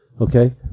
Okay